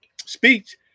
speech